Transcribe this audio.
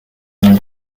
new